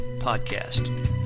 podcast